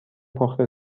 پخت